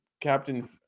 Captain